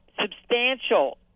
substantial